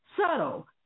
Subtle